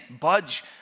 budge